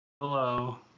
Hello